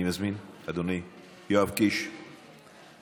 אני מזמין את אדוני יואב קיש, בבקשה.